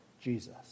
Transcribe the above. Jesus